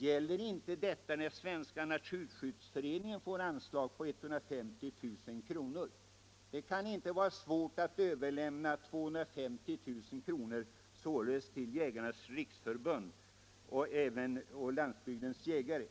Gäller inte detta när Svenska naturskyddsföreningen får anslag på 150 000 kr.? Det kan inte vara svårt att överlämna 250 000 kr. till Jägarnas riksförbund Landsbygdens jägare.